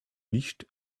nicht